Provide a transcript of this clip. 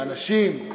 לאנשים.